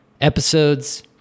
episodes